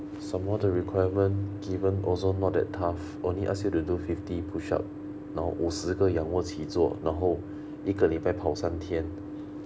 somemore the requirement given also not that tough only ask you to do fifty push up now 五十个仰卧起坐然后一个礼拜跑三天